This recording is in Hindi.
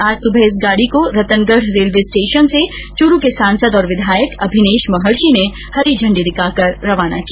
आज सुबह इस गाड़ी को ं रतनगढ़ रेलवे स्टेशन से चूरु के सांसद और विधायक अभिनेष महर्षि ने हरी झंडी दिखाकर रवाना किया